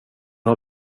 har